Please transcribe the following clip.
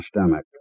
stomach